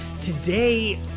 Today